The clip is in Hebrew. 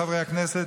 חברי הכנסת,